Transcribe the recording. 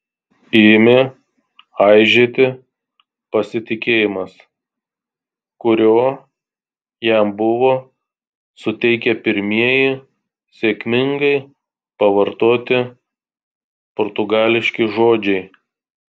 ėmė aižėti pasitikėjimas kurio jam buvo suteikę pirmieji sėkmingai pavartoti portugališki žodžiai